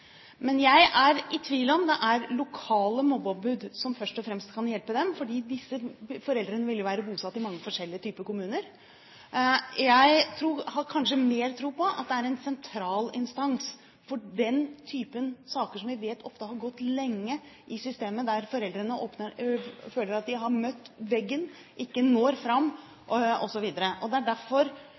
Men jeg er i tvil om det er lokale mobbeombud som først og fremst kan hjelpe dem, fordi disse foreldrene vil være bosatt i mange forskjellige typer kommuner. Jeg har kanskje mer tro på en sentral instans for den type saker, som vi vet ofte har gått lenge i systemet, der foreldrene føler at de har møtt veggen, ikke når fram osv. Det er derfor